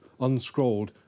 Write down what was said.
unscrolled